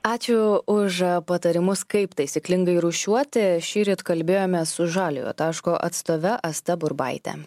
ačiū už patarimus kaip taisyklingai rūšiuoti šįryt kalbėjomės su žaliojo taško atstove asta burbaitė